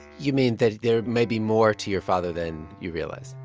you mean that there may be more to your father than you realize?